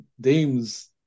Dame's